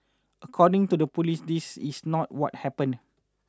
according to the police this is not what happened